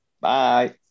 Bye